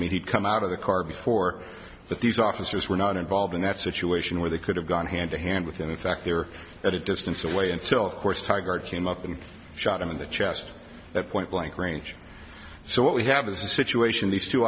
mean he'd come out of the car before but these officers were not involved in that situation where they could have gone hand to hand with in fact they're at a distance away and self course tygart came up and shot him in the chest at point blank range so what we have is a situation these two